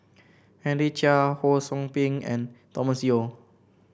Henry Chia Ho Sou Ping and Thomas Yeo